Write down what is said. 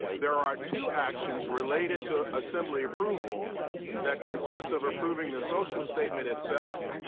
there are two actions related to assembly approval that consists of approving the social statement itself,